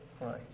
Right